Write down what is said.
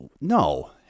No